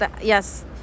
yes